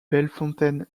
bellefontaine